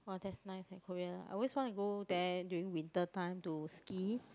!wah! that's nice in Korea I always want to go there during winter time to ski